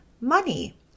money